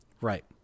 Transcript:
right